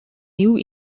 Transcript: new